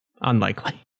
Unlikely